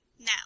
Now